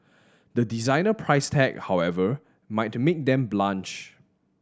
the designer price tag however might make them blanch